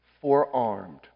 forearmed